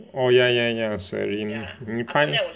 oh ya ya ya Serene 你拍